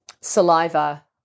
saliva